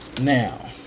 Now